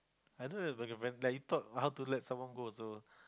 I don't have a like you thought I wanna let someone go also